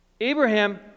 Abraham